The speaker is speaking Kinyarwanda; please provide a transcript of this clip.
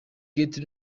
gates